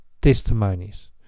testimonies